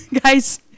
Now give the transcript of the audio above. guys